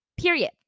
period